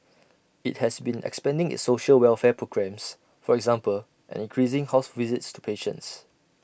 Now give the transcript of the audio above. IT has been expanding its social welfare programmes for example and increasing house visits to patients